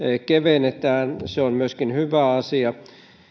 kevennetään myöskin se on hyvä asia